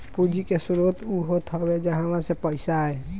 पूंजी के स्रोत उ होत हवे जहवा से पईसा आए